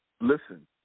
listen